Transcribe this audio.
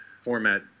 format